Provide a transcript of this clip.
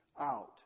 out